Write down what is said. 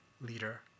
leader